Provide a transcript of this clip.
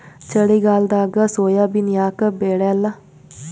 ಚಳಿಗಾಲದಾಗ ಸೋಯಾಬಿನ ಯಾಕ ಬೆಳ್ಯಾಲ?